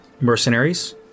mercenaries